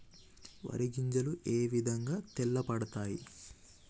వరి గింజలు ఏ విధంగా తెల్ల పడతాయి?